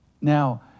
Now